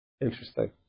Interesting